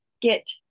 get